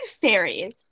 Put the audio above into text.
fairies